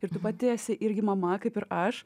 ir tu pati esi irgi mama kaip ir aš